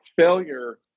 failure